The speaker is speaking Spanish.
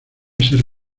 ser